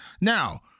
Now